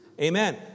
Amen